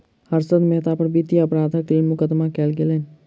हर्षद मेहता पर वित्तीय अपराधक लेल मुकदमा कयल गेलैन